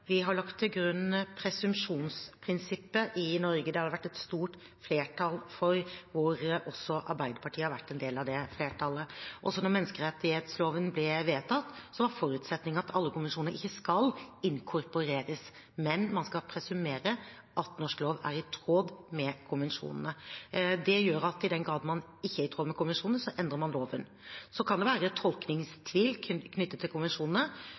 vi har lagt til grunn presumsjonsprinsippet i Norge. Det har vært et stort flertall for, og også Arbeiderpartiet har vært en del av det flertallet. Også da menneskerettsloven ble vedtatt, var forutsetningen at alle konvensjoner ikke skal inkorporeres, men man skal presumere at norsk lov er i tråd med konvensjonene. Det gjør at i den grad det ikke er i tråd med konvensjonene, endrer man loven. Så kan det være tolkningstvil knyttet til konvensjonene.